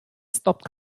stopped